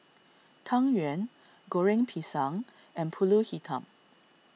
Tang Yuen Goreng Pisang and Pulut Hitam